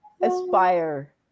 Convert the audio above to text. aspire